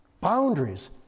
boundaries